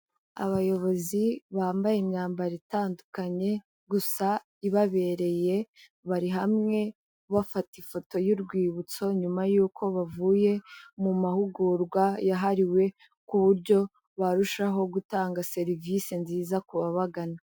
Abayobozi bambaye imyambaro itandukanye, gusa ibabereye bari hamwe bafata ifoto y'urwibutso nyuma yuko bavuye mu mahugurwa yahariwe ku buryo barushaho gutanga serivisi nziza kubabagana.